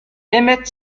emmett